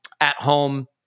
at-home